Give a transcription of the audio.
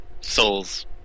Souls